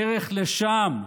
בדרך לשם,